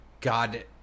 God